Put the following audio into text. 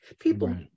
People